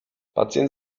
pacjent